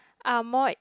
are more